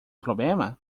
problema